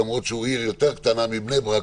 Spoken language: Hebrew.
למרות שזאת עיר יותר קטנה מבני ברק,